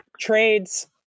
trades